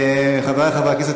חברי חברי הכנסת,